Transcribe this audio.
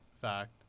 fact